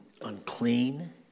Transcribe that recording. unclean